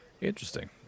Interesting